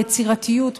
יצירתיות,